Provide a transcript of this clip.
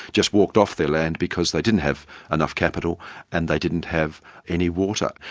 just walked off their land, because they didn't have enough capital and they didn't have any water.